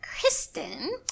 Kristen